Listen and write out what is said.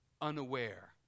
unaware